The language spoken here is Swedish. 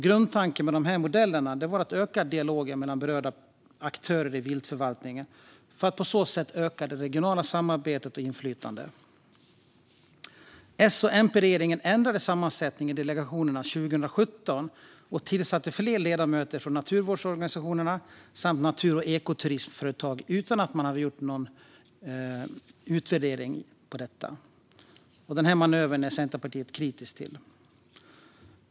Grundtanken med dessa modeller var att öka dialogen mellan berörda aktörer i viltförvaltningen, för att på så sätt öka det regionala samarbetet och inflytandet. S-MP-regeringen ändrade 2017 sammansättningen i delegationerna och tillsatte fler ledamöter från naturvårdsorganisationerna samt natur och ekoturismföretag, utan att ha gjort en utvärdering av detta. Den manövern är Centerpartiet kritisk till.